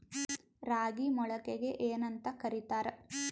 ರಾಗಿ ಮೊಳಕೆಗೆ ಏನ್ಯಾಂತ ಕರಿತಾರ?